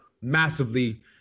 massively